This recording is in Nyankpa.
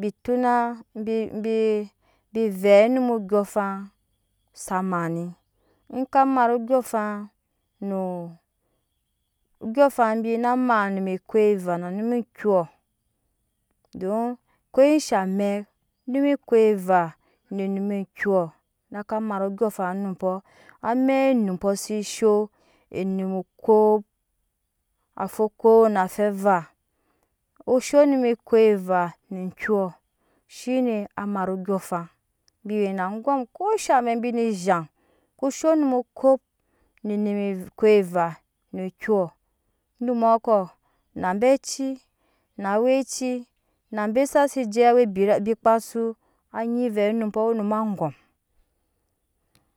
bi tona bibi bi vɛɛ onum ondyonafan sa mat ni e ni tha mat ondyɔɔŋafan noo andyɔoŋfan bi na mat enum me koiva ne num byɔ dom ko sha a mɛk onum me koiva ne num kyɔ na ka mat ondyøɔŋafan numpɔ amek enumpɔ se zhoo ennumo kop afɛ kop na afeva o sho onumkoiva ne kyo shine amat and yɔɔafari bi we na angom ko shamɛk bizhaŋ ko shoo onum okop ne num ekoi va no kyɔɔ onumɔ ko na be ci na awɛci na be sa se je bera be kpa su anyi vɛ onumpo we onum angom